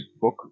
book